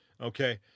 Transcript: Okay